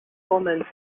omens